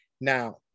Now